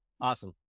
Awesome